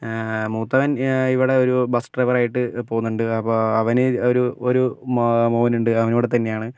മൂത്തവൻ ഇവിടെ ഒരു ബസ് ഡ്രൈവർ ആയിട്ട് പോവുന്നുണ്ട് അപ്പോൾ അവന് ഒരു ഒരു മോനുണ്ട് അവനിവിടെത്തന്നെയാണ്